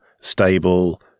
stable